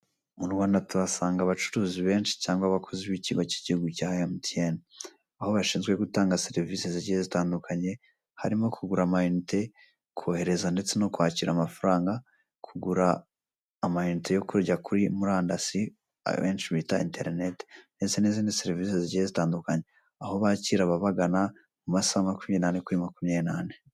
Mu Rwanda tuhasanga abacuruzi benshi cyangwa abakozi b'ikigo k'igihugu cya emutiyeni, aho bashinzwe gutanga serivise zigiye zitandukanye harimo kugura amayinite, kohereza ndetse no kwakira amafaranga, kugura amayinite yo kujya kuri murandasi ayo benshi bita interineti ndetse n'izindi serivise zigiye zitandikanye, aho bakira ababagana amasaha makumya n'ane kuri makumya n'ane.